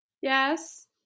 Yes